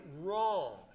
wrong